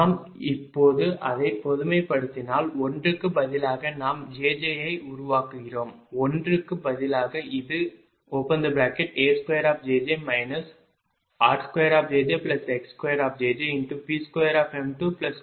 நாம் இப்போது அதை பொதுமைப்படுத்தினால் 1 க்கு பதிலாக நாம் jj ஐ உருவாக்குகிறோம் 1 க்கு பதிலாக இது A2 r2jjx2jjP2m2Q2m212